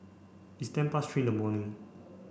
its ten past three in the morning